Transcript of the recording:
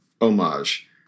homage